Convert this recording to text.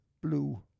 Blue